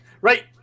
Right